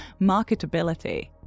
marketability